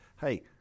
hey